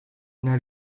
naar